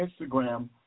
Instagram